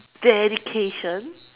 dedication